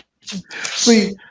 See